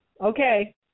Okay